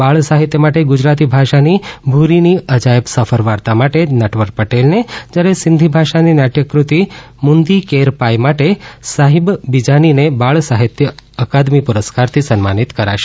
બાળ સાહિત્ય માટે ગુજરાતી ભાષાની ભૂરીની અજાયબ સફર વાર્તા માટે નટવર પટેલને જ્યારે સિંધિ ભાષાની નાટ્યકૃતિ મુંદી કેર પાયે માટે સાહિબ બિજાનીને બાળ સાહિત્ય અકાદમી પુરસ્કારથી સન્માનિત કરાશે